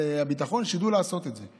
הביטחון שידעו לעשות את זה.